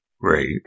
great